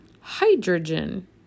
hydrogen